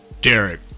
Derek